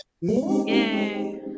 Yay